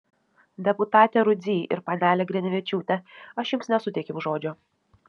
deputate rudzy ir panele grinevičiūte aš jums nesuteikiau žodžio